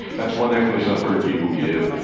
that's one explanation i've heard people give.